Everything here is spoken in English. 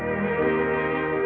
is